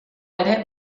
ere